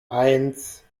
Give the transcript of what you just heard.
eins